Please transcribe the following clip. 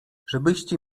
żebyście